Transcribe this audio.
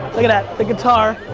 look at that, the guitar,